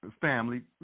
family